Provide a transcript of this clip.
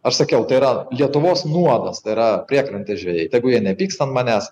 aš sakiau tai yra lietuvos nuodas tai yra priekrantės žvejai tegu jie nepyksta ant manęs